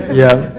yeah.